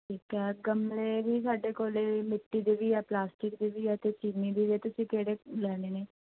ਠੀਕ ਆ ਗਮਲੇ ਵੀ ਸਾਡੇ ਕੋਲ ਮਿੱਟੀ ਦੇ ਵੀ ਹੈ ਪਲਾਸਟਿਕ ਦੇ ਵੀ ਹੈ ਅਤੇ ਚੀਨੀ ਦੇ ਵੀ ਤੁਸੀਂ ਕਿਹੜੇ ਲੈਣੇ ਨੇ